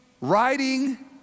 riding